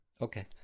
Okay